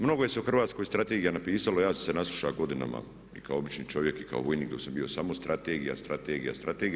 Mnogo se u Hrvatskoj strategija napisalo, ja sam se naslušao godinama i kao obični čovjek i kao vojnik dok sam bio, samo strategija, strategija, strategija.